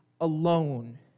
alone